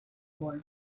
boy